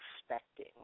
expecting